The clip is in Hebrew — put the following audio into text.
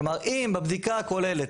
אם בבדיקה הכוללת,